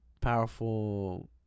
powerful